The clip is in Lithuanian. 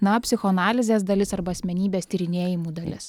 na psichoanalizės dalis arba asmenybės tyrinėjimų dalis